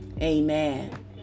Amen